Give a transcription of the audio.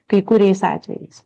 kai kuriais atvejais